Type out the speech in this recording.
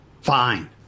Fine